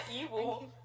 evil